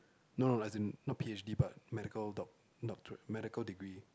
no no as in not P_H_D but medical doc~ doctorate medical degree